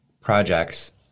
projects